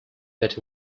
but